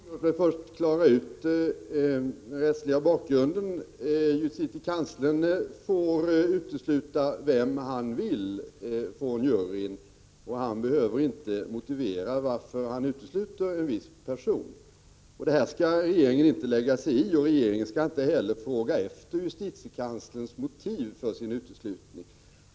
Herr talman! Låt mig först klara ut den rättsliga bakgrunden. Justitiekanslern får utesluta vem han vill ur juryn, och han behöver inte motivera varför han utesluter en viss person. Det här skall regeringen inte lägga sig i, och regeringen skall inte heller fråga efter justitiekanslerns motiv för en uteslutning.